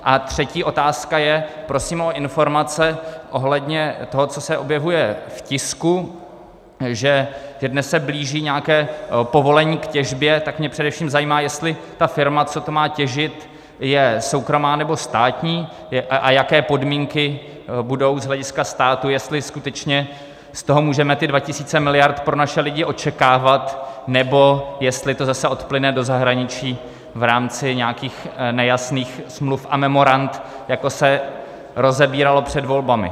A třetí otázka je, prosím o informace toho, co se objevuje v tisku, že dnes se blíží nějaké povolení k těžbě, tak mě především zajímá, jestli ta firma, co to má těžit, je soukromá, nebo státní a jaké podmínky budou z hlediska státu, jestli skutečně z toho můžeme ty 2 000 miliard pro naše lidi očekávat, nebo jestli to zase odplyne do zahraničí v rámci nějakých nejasných smluv a memorand, jako se rozebíralo před volbami.